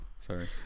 sorry